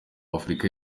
afurika